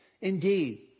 Indeed